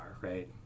right